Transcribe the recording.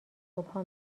صبحها